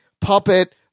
puppet